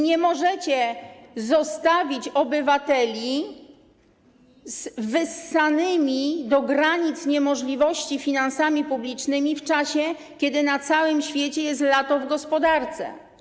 Nie możecie zostawić obywateli z wyssanymi do granic niemożliwości finansami publicznymi w czasie, kiedy na całym świecie jest lato w gospodarce.